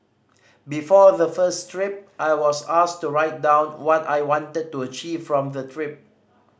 before the first trip I was asked to write down what I wanted to achieve from the trip